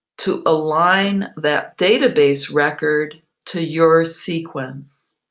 to align that data base record to your sequence.